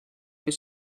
they